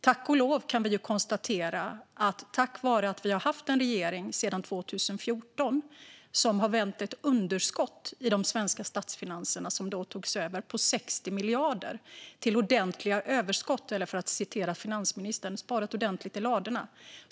Tack och lov kan vi konstatera att vi sedan 2014 har haft en regering som har vänt det underskott på 60 miljarder i de svenska statsfinanserna, vilket togs över, till ordentliga överskott - eller, för att citera finansministern, sparat ordentligt i ladorna.